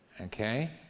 okay